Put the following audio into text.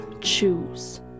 choose